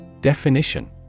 Definition